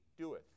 doeth